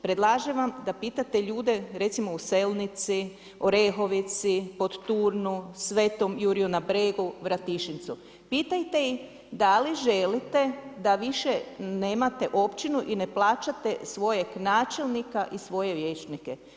Predlažem vam da pitate ljude recimo u Selnici, Orehovici, Podturnu, Sv. Juriju na Bregu, Vratišincu, pitajte ih da li želite da više nemate općinu i ne plaćate svojeg načelnika i svoje vijećnike.